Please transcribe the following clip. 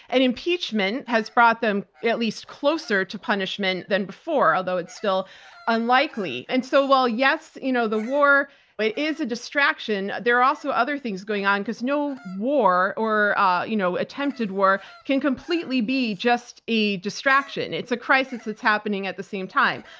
an impeachment has brought them at least closer to punishment than before, although it's still ah likely. and so while yes, you know the war but is a distraction, there are also other things going on because no war or ah you know attempted war can completely be just a distraction. it's a crisis that's happening at the same time.